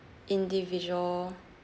individual